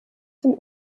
dem